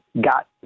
got